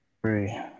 three